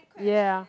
ya